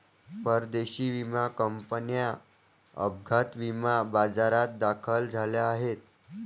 परदेशी विमा कंपन्या अपघात विमा बाजारात दाखल झाल्या आहेत